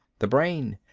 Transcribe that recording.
the brain.